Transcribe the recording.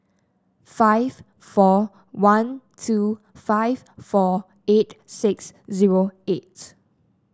five four one two five four eight six zero eight